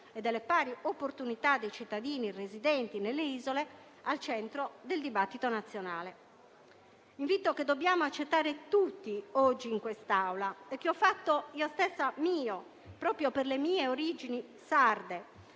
e delle pari opportunità dei cittadini residenti nelle isole al centro del dibattito nazionale. È un invito che dobbiamo accettare tutti, oggi, in questa Assemblea e che io stessa ho fatto mio, proprio per le mie origini sarde,